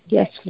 Yes